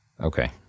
Okay